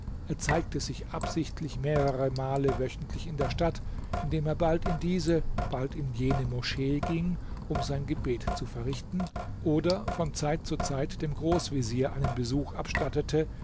er zeigte sich absichtlich mehrere male wöchentlich in der stadt indem er bald in diese bald in jene moschee ging um sein gebet zu verrichten oder von zeit zu zeit dem großvezier einen besuch abstattete